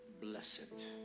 blessed